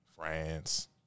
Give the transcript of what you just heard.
France